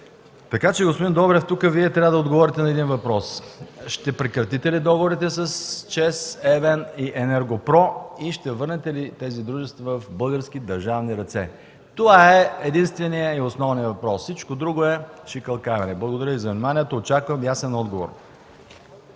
Господин Добрев, тук Вие трябва да отговорите на въпроса: ще прекратите ли договорите с ЧЕЗ, ЕВН и „Енергопро”? Ще върнете ли тези дружества в български държавни ръце? Това е единственият и основният въпрос. Всичко друго е шикалкавене. Очаквам ясен отговор.